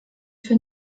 für